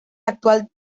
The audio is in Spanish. actual